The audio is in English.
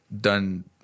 done